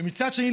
ומצד שני,